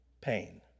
pain